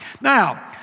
Now